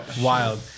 wild